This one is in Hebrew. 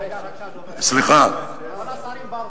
אדוני היושב-ראש, לאן השרים ברחו?